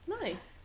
nice